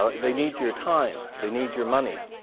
ah they need your time, they need your money,